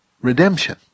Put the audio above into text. redemption